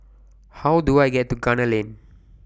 How Do I get to Gunner Lane